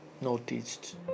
noticed